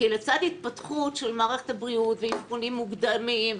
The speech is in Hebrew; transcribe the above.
כי לצד ההתפתחות של מערכת הבריאות ואבחונים מוקדמים,